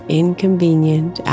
inconvenient